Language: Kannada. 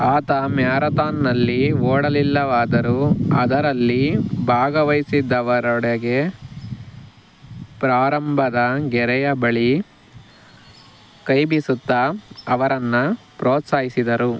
ಆತ ಮ್ಯಾರತಾನ್ನಲ್ಲಿ ಓಡಲಿಲ್ಲವಾದರೂ ಅದರಲ್ಲಿ ಭಾಗವಹಿಸಿದ್ದವರೆಡೆಗೆ ಪ್ರಾರಂಭದ ಗೆರೆಯ ಬಳಿ ಕೈಬೀಸುತ್ತಾ ಅವರನ್ನು ಪ್ರೋತ್ಸಾಹಿಸಿದರು